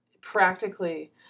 practically